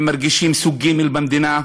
הם מרגישים סוג ג' במדינה.